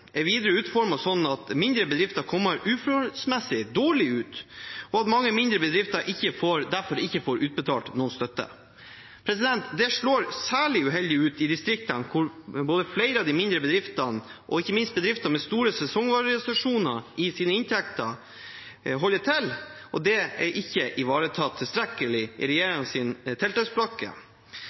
sånn at mindre bedrifter kommer uforholdsmessig dårlig ut, og mange mindre bedrifter får derfor ikke utbetalt noen støtte. Det slår særlig uheldig ut i distriktene, hvor både flere av de mindre bedriftene og ikke minst bedrifter med store sesongvariasjoner i sine inntekter holder til, og det er ikke ivaretatt tilstrekkelig i